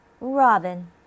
Robin